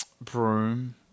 Broom